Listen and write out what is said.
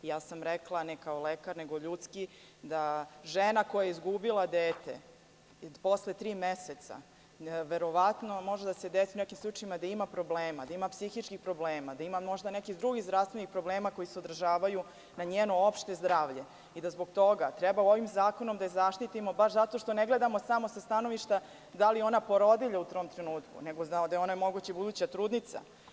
Dakle, rekla sam, ne kao lekar, nego ljudski, da ženi koja je izgubila dete posle tri meseca verovatno može da se desi u nekim slučajevima da ima problema, da ima psihičkih problema, da možda ima i nekih drugih zdravstvenih problema koji se odražavaju na njeno opšte zdravlje i da zbog toga treba ovim zakonom da je zaštitimo, baš zato što ne gledamo samo sa stanovišta da li je ona porodilja u tom trenutku, nego da je ona moguća i buduća trudnica.